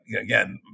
Again